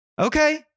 Okay